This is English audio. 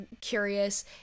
curious